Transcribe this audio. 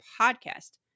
podcast